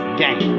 gang